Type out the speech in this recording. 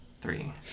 Three